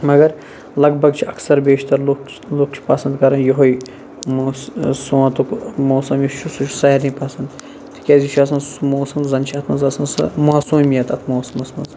مَگَر لَگ بَگ چھِ اَکثَر بیشتَر لُکھ لُکھ چھِ پَسَنٛد کَران یُہے موس سونٛتُک موسَم یُس چھُ سُہ چھُ سارنٕے پَسَنٛد تکیازِ یہِ چھُ آسان سُہ موسَم زَن چھِ اتھ مَنٛز آسان سۄ ماصومیت اتھ موسمَس مَنٛز